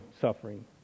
suffering